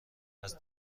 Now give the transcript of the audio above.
رواز